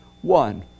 One